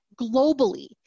globally